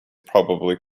probably